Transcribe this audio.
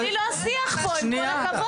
אבל היא לא השיח פה, עם כל הכבוד.